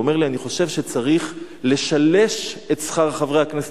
הוא אומר לי: אני חושב שצריך לשלש את שכר חבר הכנסת.